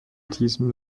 diesem